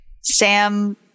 Sam